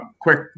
quick